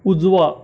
उजवा